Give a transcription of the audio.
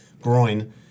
groin